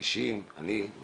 אישיים שאני קיבלתי,